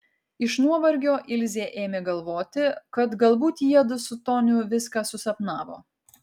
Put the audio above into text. iš nuovargio ilzė ėmė galvoti kad galbūt jiedu su toniu viską susapnavo